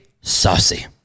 saucy